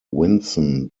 vinson